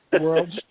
World's